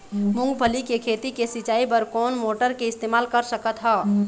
मूंगफली के खेती के सिचाई बर कोन मोटर के इस्तेमाल कर सकत ह?